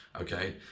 Okay